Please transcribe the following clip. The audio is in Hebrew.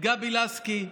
את גבי לסקי,